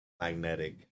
Magnetic